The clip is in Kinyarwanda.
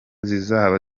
zizaba